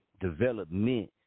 development